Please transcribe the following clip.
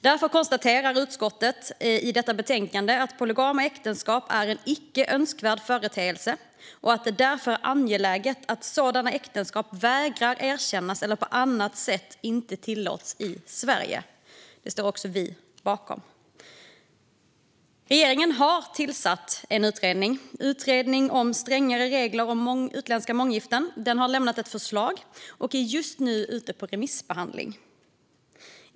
Därför konstaterar utskottet i detta betänkande att polygama äktenskap är en icke önskvärd företeelse och att det är angeläget att sådana äktenskap vägras erkännande eller på annat sätt inte tillåts i Sverige. Det står också vi bakom. Regeringen har tillsatt en utredning, Strängare regler om utländska månggiften, som har lämnat ett förslag. Det är just nu ute på remiss.